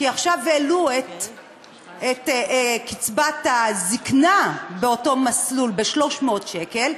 כי עכשיו העלו את קצבת הזיקנה באותו מסלול ב-300 שקל,